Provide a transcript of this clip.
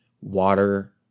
water